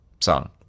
song